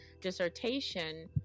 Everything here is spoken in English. dissertation